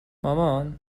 مامان